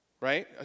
right